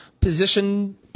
position